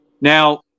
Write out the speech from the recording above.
Now